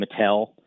Mattel